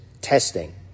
testing